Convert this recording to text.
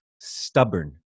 stubborn